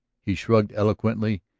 he shrugged eloquently.